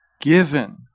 given